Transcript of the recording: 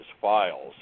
files